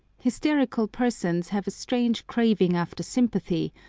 hysterical persons have a strange craving after sympathy,